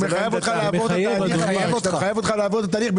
הוא מחייב אותך לעבור את התהליך.